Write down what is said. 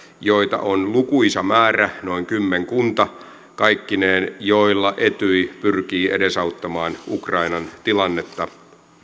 joita on lukuisa määrä noin kymmenkunta kaikkineen joilla etyj pyrkii edesauttamaan ukrainan tilannetta